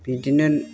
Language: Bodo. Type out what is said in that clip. बिदिनो